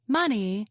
money